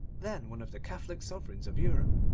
then one of the catholic sovereigns of europe,